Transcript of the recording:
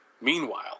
Meanwhile